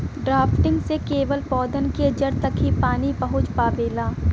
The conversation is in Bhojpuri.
ड्राफ्टिंग से केवल पौधन के जड़ तक ही पानी पहुँच पावेला